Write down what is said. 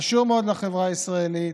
חשוב מאוד לחברה הישראלית.